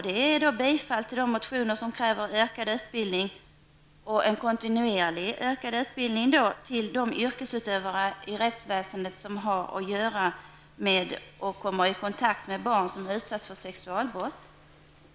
Det är bifall till de motioner där det krävs ökad utbildning, kontinuerlig sådan, till de yrkesutövare inom rättsväsendet som har att göra med och kommer i kontakt med barn som utsatts för sexualbrott.